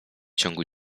ciągu